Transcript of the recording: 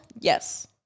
Yes